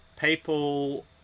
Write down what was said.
People